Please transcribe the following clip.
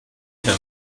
him